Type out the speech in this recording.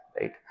right